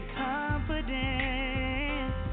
confidence